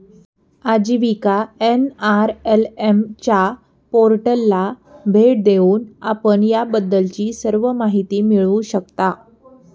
आजीविका एन.आर.एल.एम च्या पोर्टलला भेट देऊन आपण याबद्दलची सर्व माहिती मिळवू शकता